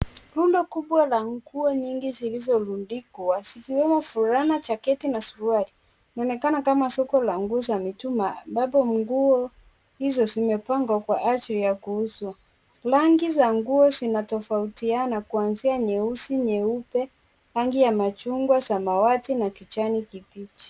Rundo kubwa la nguo nyingi zilizorundikwa zikiwemo fulana ,jaketi na suruali , linaonekana kama soko la nguo za mitumba ambapo nguo hizo zimepangwa kwa ajili ya kuuzwa ,rangi za nguo zinatofautiana kwanzia nyeusi ,nyeupe ,rangi ya machungwa, samawati ,na kijani kibichi.